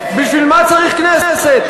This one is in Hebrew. בשביל מה צריך כנסת?